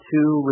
Two